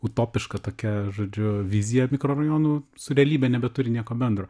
utopiška tokia žodžiu vizija mikrorajonų su realybe nebeturi nieko bendro